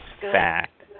fact